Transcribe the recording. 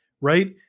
right